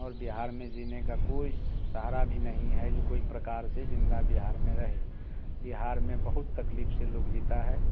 और बिहार में जीने का कोई सहारा भी नहीं है जो कोई प्रकार से जिन्दा बिहार में रहे बिहार में बहुत तकलीफ़ से लोग जीता है